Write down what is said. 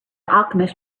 alchemist